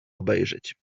obejrzeć